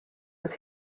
was